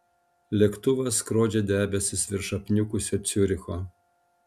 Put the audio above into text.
lėktuvas skrodžia debesis virš apniukusio ciuricho